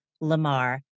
Lamar